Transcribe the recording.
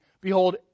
Behold